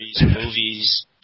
movies